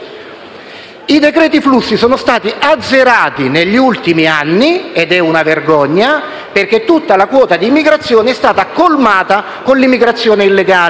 I decreti flussi sono stati azzerati negli ultimi anni e ciò è una vergogna perché tutta la quota di immigrazione è stata colmata con l'immigrazione illegale.